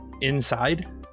inside